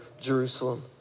Jerusalem